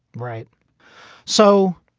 right so